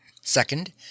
second